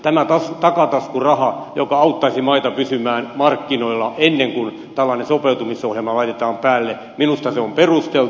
tämä takataskuraha joka auttaisi maita pysymään markkinoilla ennen kuin tällainen sopeutumisohjelma laitetaan päälle on minusta perusteltu